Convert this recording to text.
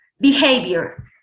behavior